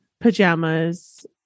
pajamas